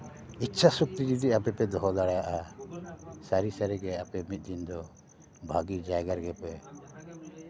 ᱤᱪᱪᱷᱟ ᱥᱚᱠᱛᱤ ᱡᱩᱫᱤ ᱟᱯᱮ ᱯᱮ ᱫᱚᱦᱚ ᱫᱟᱲᱮᱭᱟᱜᱼᱟ ᱥᱟᱹᱨᱤ ᱥᱟᱹᱨᱤᱜᱮ ᱟᱯᱮ ᱢᱤᱫᱽᱫᱤᱱ ᱫᱚ ᱵᱷᱟᱹᱜᱮ ᱡᱟᱭᱜᱟ ᱨᱮᱜᱮ ᱯᱮ